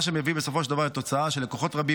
מה שמביא בסופו של דבר לתוצאה שלקוחות רבים